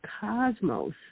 cosmos